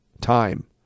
time